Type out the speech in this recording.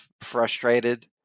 frustrated